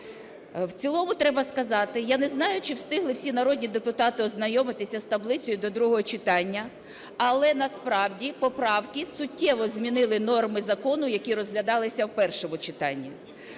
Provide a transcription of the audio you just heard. В цілому треба сказати, я не знаю, чи встигли всі народні депутати ознайомитися з таблицею до другого читання, але насправді поправки суттєво змінили норми закону, які розглядалися в першому читанні.